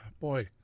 boy